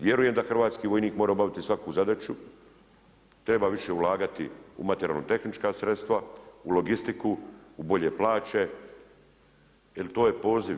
Vjerujem da hrvatski vojnik mora obaviti svaku zadaću, treba više ulagati u materijalno-tehnička sredstva, u logistiku, u bolje plaće jer to je poziv.